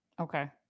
Okay